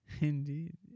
Indeed